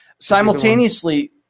Simultaneously